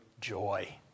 joy